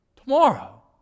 Tomorrow